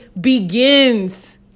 begins